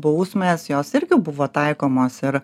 bausmės jos irgi buvo taikomos ar